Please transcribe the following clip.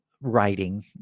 writing